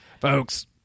folks